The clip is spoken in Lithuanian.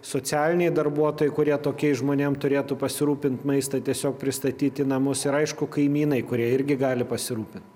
socialiniai darbuotojai kurie tokiais žmonėm turėtų pasirūpint maistą tiesiog pristatyt į namus ir aišku kaimynai kurie irgi gali pasirūpint